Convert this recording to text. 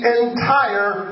entire